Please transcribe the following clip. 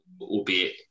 albeit